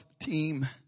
team